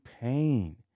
pain